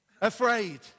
afraid